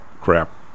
crap